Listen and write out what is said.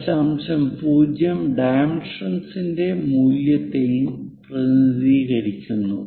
0 ഡൈമെൻഷൻറെ മൂല്യത്തെയും പ്രതിനിധീകരിക്കുന്നു